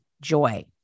joy